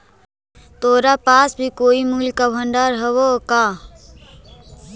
तोरा पास भी कोई मूल्य का भंडार हवअ का